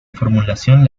formulación